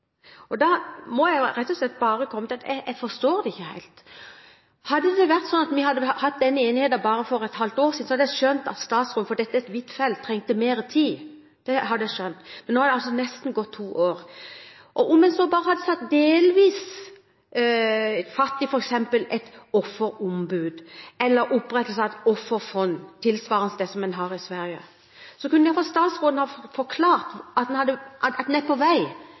Og da må jeg rett og slett bare komme til at jeg ikke forstår det helt. Hadde vi hatt denne enigheten for bare et halvt år siden, hadde jeg skjønt at statsråden trenger mer tid, for dette er et vidt felt. Men nå har det nesten gått to år. Og dersom man bare delvis hadde tatt fatt på opprettelsen av f.eks. et offerombud eller et offerfond, tilsvarende det man har i Sverige, kunne i hvert fall statsråden forklart at man er på vei.